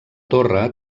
torre